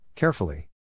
Carefully